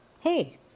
Hey